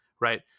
right